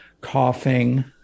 coughing